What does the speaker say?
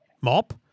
mop